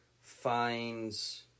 finds